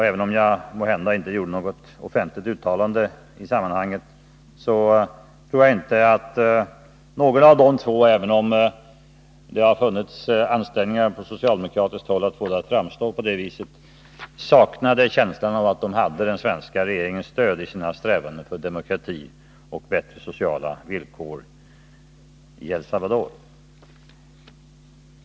Även om jag inte gjorde något offentligt uttalande i det sammanhanget tror jag inte att någon av de två, trots att det funnits ansträngningar från socialdemokratiskt håll att få det att framstå på det sättet, saknade känslan av de hade den svenska regeringens stöd i sina strävanden för demokrati och bättre sociala villkor i El Salvador.